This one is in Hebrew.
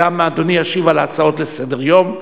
ואדוני גם ישיב על הצעות לסדר-היום.